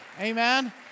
Amen